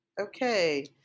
Okay